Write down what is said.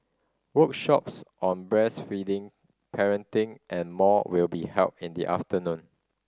workshops on breastfeeding parenting and more will be held in the afternoon